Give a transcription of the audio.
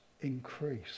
increase